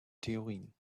theorien